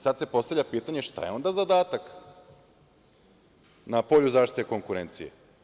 Sada se postavlja pitanje – šta je onda zadatak na polju zaštite konkurencije?